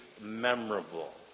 memorable